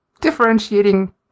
differentiating